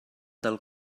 del